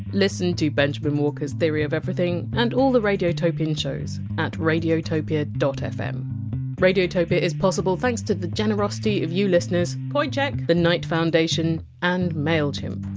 listen to benjamen walker! s theory of everything, and all the radiotopian shows, at radiotopia fm radiotopia is possible thanks to the generosity of you listeners coincheck! the knight foundation, and mailchimp.